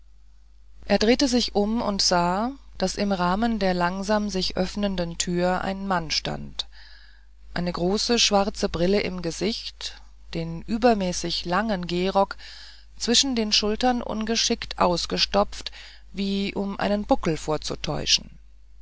er drehte sich um und sah daß im rahmen der langsam sich öffnenden tür ein mann stand eine große schwarze brille im gesicht den übermäßig langen gehrock zwischen den schultern ungeschickt ausgestopft wie um einen buckel vorzutäuschen